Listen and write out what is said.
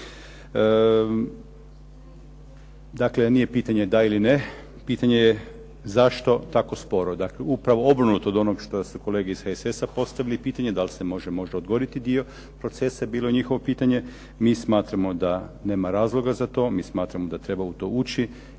Dakle, nije pitanje da ili ne, pitanje je zašto tako sporo. Dakle upravo obrnuto od onog što su kolege iz HSS-a postavili pitanje da li se može možda odgoditi dio procesa je bilo njihovo pitanje. Mi smatramo da nema razloga za to. Mi smatramo da treba u to ući,